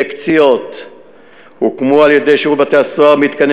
בקציעות הוקמו על-ידי שירות בתי-הסוהר מתקני